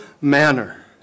manner